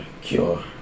cure